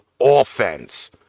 offense